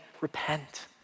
repent